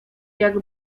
jak